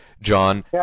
john